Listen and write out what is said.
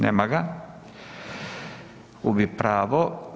Nema ga, gubi pravo.